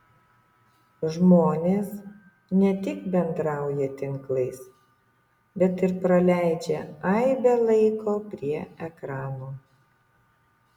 žmonės ne tik bendrauja tinklais bet ir praleidžia aibę laiko prie ekranų